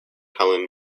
helen